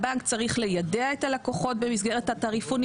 הבנק צריך ליידע את הלקוחות במסגרת התעריפונים,